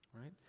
Right